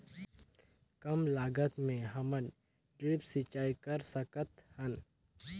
कम लागत मे हमन ड्रिप सिंचाई कर सकत हन?